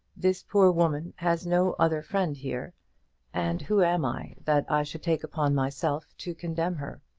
this poor woman has no other friend here and who am i, that i should take upon myself to condemn her?